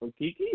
Okiki